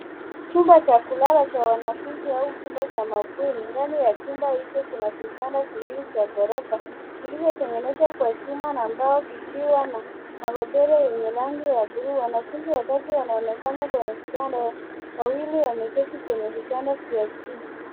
Chumba cha kulala cha wanafunzi au chumba cha mabweni. Ndani ya chumba hicho kuna vitanda viwili vya ghorofa vilivyotengenezwa kwa chuma na mbao vikiwa na magodoro ya rangi ya buluu. Wanafunzi watatu wanaonekana kwenye kitanda, wawili wameketi kwenye vitanda vya juu.